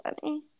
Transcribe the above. funny